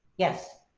yes.